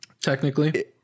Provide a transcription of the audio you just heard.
Technically